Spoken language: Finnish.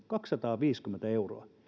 kaksisataaviisikymmentä euroa